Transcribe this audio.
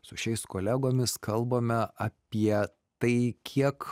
su šiais kolegomis kalbame apie tai kiek